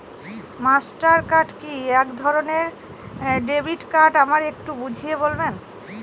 Master card কি একধরণের debit card আমায় একটু বুঝিয়ে বলবেন?